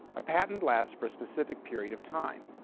a patent lasts for a specific period of time,